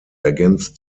ergänzt